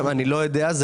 אני לא יודע.